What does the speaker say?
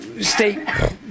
state